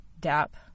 DAP